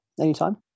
Anytime